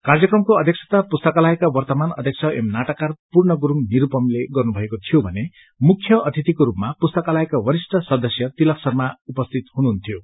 कार्यक्षता पुस्तकालयका वर्त्तमान अध्यक्ष एव नाटककार पूर्ण गुरूङ निरूपमले गर्न भएको थियो भने मुख्य अतिथिको रूपमा पुस्तकालयका बरिष्ट सदस्य तीलक शर्मा उपस्थित हुनुहुन्थ्यो